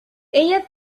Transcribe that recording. ella